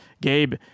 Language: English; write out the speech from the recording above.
Gabe